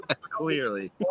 Clearly